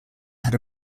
had